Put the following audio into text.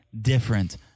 different